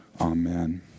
Amen